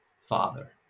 Father